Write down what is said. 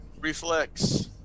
Reflex